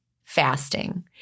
Fasting